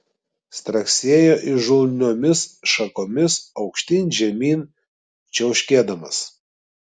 straksėjo įžulniomis šakomis aukštyn žemyn čiauškėdamas